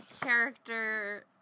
character